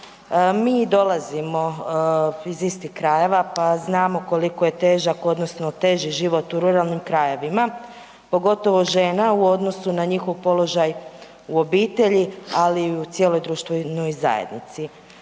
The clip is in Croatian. Mi dolazimo iz istih krajeva pa znamo koliko je težak odnosno teži život u ruralnim krajevima, pogotovo žena u odnosu na njihov položaj u obitelji, ali i u cijeloj društvenoj zajednici.